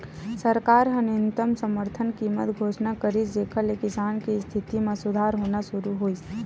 सरकार ह न्यूनतम समरथन कीमत घोसना करिस जेखर ले किसान के इस्थिति म सुधार होना सुरू होइस